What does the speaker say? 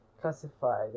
classified